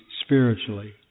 spiritually